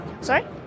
Sorry